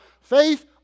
Faith